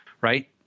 Right